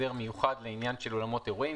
הסדר מיוחד לעניין אולמות אירועים.